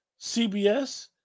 CBS